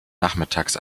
nachmittags